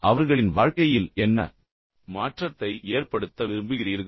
அவர்களின் வாழ்க்கையில் என்ன மாற்றத்தை ஏற்படுத்த விரும்புகிறீர்கள்